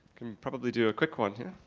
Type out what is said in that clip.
can probably do a quick one here.